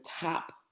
top